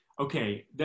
Okay